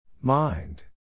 Mind